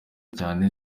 cyane